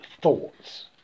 thoughts